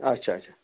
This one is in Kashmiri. اچھا اچھا